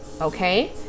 okay